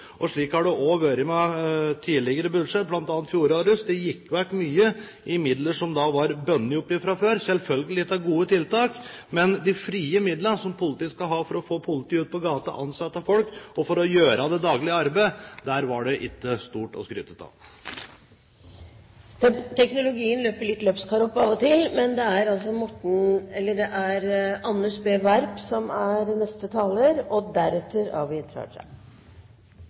Slik har det også vært med tidligere budsjett, bl.a. fjorårets. Det gikk vekk mye i midler som var bundet opp fra før – selvfølgelig til gode tiltak – men de frie midlene som politiet skal ha for å få politiet ut på gata, ansette folk, og for å gjøre det daglige arbeidet, er ikke stort å skryte av. Den kommende helgen feirer Bandidos sine første 15 år i Norge. Det blir to store markeringer. Det